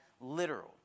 literal